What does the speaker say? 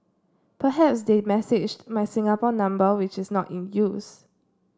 perhaps they messaged my Singapore number which is not in use